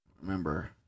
Remember